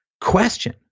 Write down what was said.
question